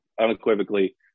unequivocally